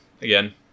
again